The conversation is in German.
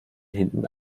hinten